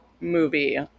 movie